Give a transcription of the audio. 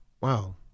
Wow